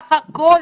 סך הכול